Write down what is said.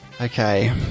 Okay